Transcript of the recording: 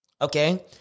okay